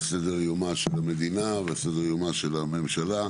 סדר יומה של המדינה ועל סדר יומר של הממשלה,